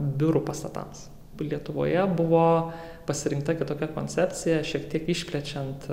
biurų pastatams lietuvoje buvo pasirinkta kitokia koncepcija šiek tiek išplečiant